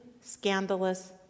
scandalous